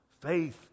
Faith